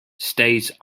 stays